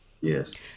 Yes